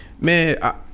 man